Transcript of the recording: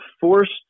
forced